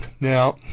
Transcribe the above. Now